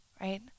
right